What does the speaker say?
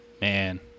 Man